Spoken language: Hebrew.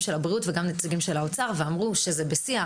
של הבריאות וגם נציגים של האוצר ואמרו שזה בשיח,